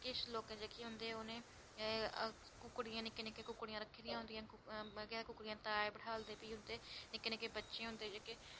किश लोकें जेह्के होंदे कुक्कड़ियां निक्की निक्की कुक्कड़ियां रक्खी दियां होंदियां मतलब कुक्कड़ियां ताए बठालदे भी उंदे निक्के निक्के होंदे जेह्के